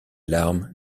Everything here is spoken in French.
larme